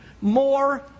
more